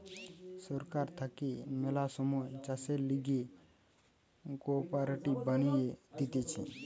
সরকার থাকে ম্যালা সময় চাষের লিগে কোঅপারেটিভ বানিয়ে দিতেছে